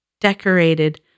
Decorated